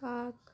এক